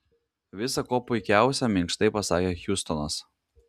visa kuo puikiausia minkštai pasakė hjustonas